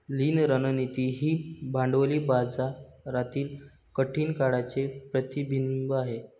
लीन रणनीती ही भांडवली बाजारातील कठीण काळाचे प्रतिबिंब आहे